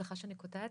סליחה שאני קוטעת,